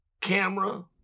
camera